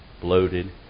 bloated